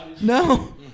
No